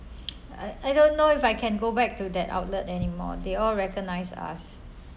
I I don't know if I can go back to that outlet anymore they all recognize us